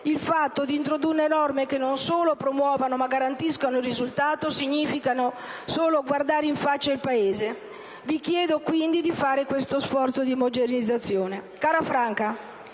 Il fatto di introdurre norme che non solo promuovano ma garantiscano anche il risultato significa solo guardare in faccia il Paese. (...) Vi chiedo solo di fare uno sforzo di modernizzazione». Cara Franca,